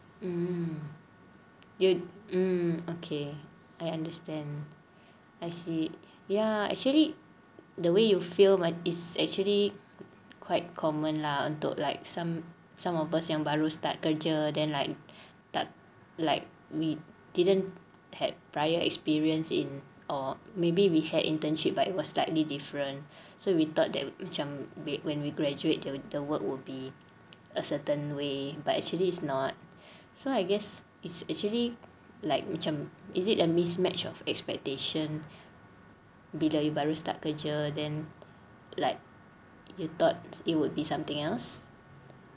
mm dia mm okay I understand I see ya actually the way you feel is actually quite common lah untuk like some some of us yang baru start kerja then like like we didn't had prior experience in or maybe we had internship but it was slightly different so we thought that macam when we graduate the work would be in certain way but actually is not so I guess it's actually like macam is it a mismatch of expectations bila you baru start kerja you thought it would be something else